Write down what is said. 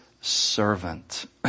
servant